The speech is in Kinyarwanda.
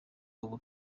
uba